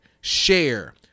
share